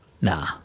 Nah